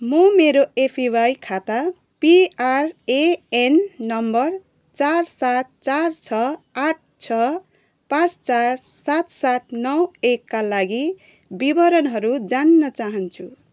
म मेरो एपिवाई खाता पिआरएएन नम्बर चार सात चार छ आठ छ पाँच चार सात सात नौ एकका लागि विवरणहरू जान्न चाहन्छु